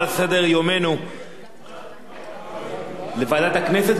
לוועדת הכנסת,